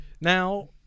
Now